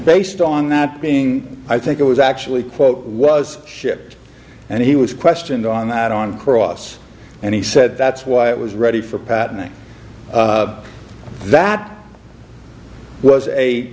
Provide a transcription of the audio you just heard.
based on not being i think it was actually quote was shipped and he was questioned on that on cross and he said that's why it was ready for patenting of that it was a